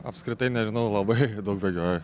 apskritai nežinau labai daug bėgioju